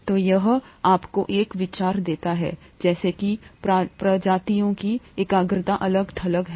तो यह आपको एक विचार देता है जैसे कि प्रजातियों की एकाग्रता अलग थलग है